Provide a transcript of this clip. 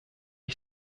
ich